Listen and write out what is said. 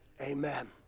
Amen